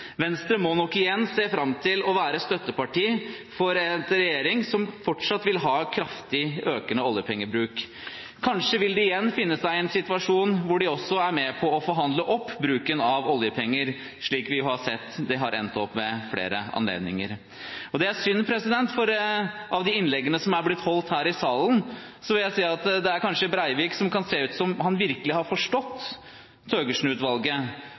Venstre må nok igjen se fram til å være støtteparti for en regjering som fortsatt vil ha kraftig økende oljepengebruk. Kanskje vil de igjen befinne seg i en situasjon hvor de er med på å forhandle opp bruken av oljepenger, slik vi har sett det har endt opp med ved flere anledninger. Det er synd, for av de innleggene som er blitt holdt her i salen, er det kanskje Breivik som – kan det se ut til – virkelig har forstått